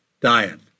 diet